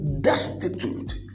destitute